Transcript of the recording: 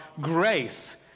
grace